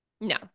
No